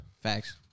facts